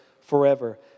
forever